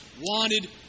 wanted